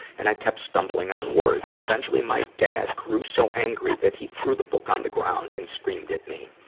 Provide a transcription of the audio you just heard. and i kept stumbling on words. eventually, my dad grew so angry that he threw the book on the ground and scream at me.